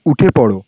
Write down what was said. উঠে পড়ো